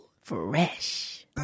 Fresh